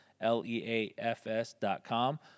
L-E-A-F-S.com